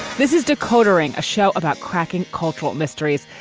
this is decoder ring, a show about cracking cultural mysteries.